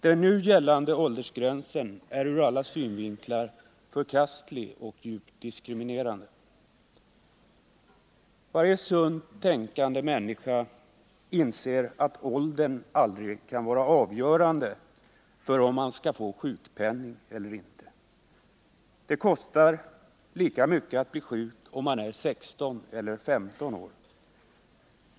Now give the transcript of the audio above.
Den nu gällande åldersgränsen är ur alla synvinklar förkastlig och djupt diskriminerande. Varje sunt tänkande människa inser att åldern aldrig kan vara avgörande för om man skall få sjukpenning eller inte. Det kostar lika mycket att bli sjuk, om man är 16 år eller 15 år.